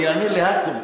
אני אענה על הכול,